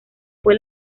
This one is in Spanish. fue